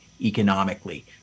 economically